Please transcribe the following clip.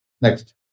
Next